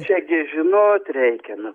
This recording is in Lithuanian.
čia gi žinot reikia nu